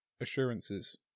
assurances